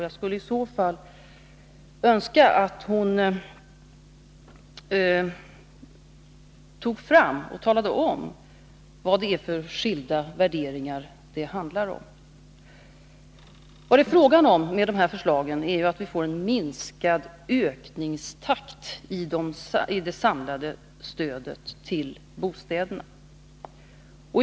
Jag skulle i så fall önska att hon ialade om vad det är för skilda värderingar det handlar om. Vad det är fråga om är att vi får en minskad ökningstakt i det samlade stödet till bostäderna.